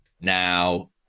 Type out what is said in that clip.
Now